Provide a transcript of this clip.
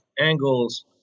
angles